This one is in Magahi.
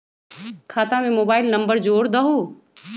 खाता में मोबाइल नंबर जोड़ दहु?